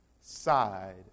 side